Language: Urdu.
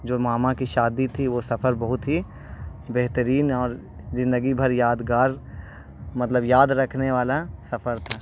جو ماما کی شادی تھی وہ سفر بہت ہی بہترین اور زندگی بھر یادگار مطلب یاد رکھنے والا سفر تھا